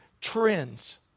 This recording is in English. trends